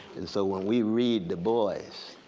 and so when we read du bois,